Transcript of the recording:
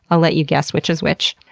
i'll let you guess which is which.